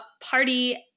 party